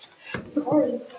Sorry